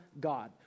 God